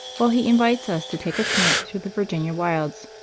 while he invites us to take a tramp through the virginia wilds.